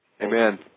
Amen